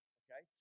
okay